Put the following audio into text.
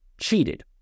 cheated